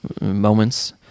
moments